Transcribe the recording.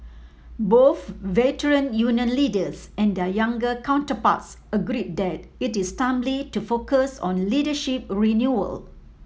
both Veteran Union leaders and their younger counterparts agreed that it is timely to focus on leadership renewal